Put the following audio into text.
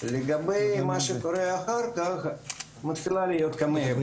היחידה שאחראית במשרד